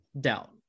doubt